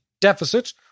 deficit